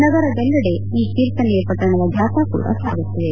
ನಗರದೆಲ್ಲೆಡೆ ಈ ಕೀರ್ತನೆಯ ಪಠಣದ ಜಾಥಾ ಕೂಡಾ ಸಾಗುತ್ತಿದೆ